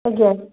ଆଜ୍ଞା